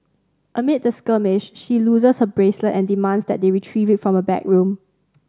amid the skirmish she loses her bracelet and demands that they retrieve it from a backroom